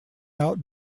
outdoors